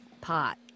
pot